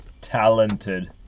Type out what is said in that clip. talented